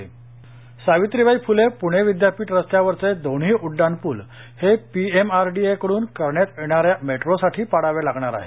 उड्डाणपूल सावित्रीबाई फुले पूणे विद्यापीठ रस्त्यावरचे दोन्ही उड्डाणपूल हे पीएमआरडीएकडून करण्यात येणाऱ्या मेट्रोसाठी पाडावे लागणार आहेत